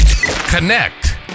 Connect